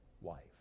wife